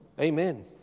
Amen